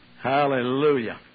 Hallelujah